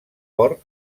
port